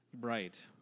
Right